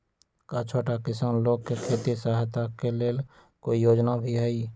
का छोटा किसान लोग के खेती सहायता के लेंल कोई योजना भी हई?